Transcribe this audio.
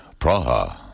Praha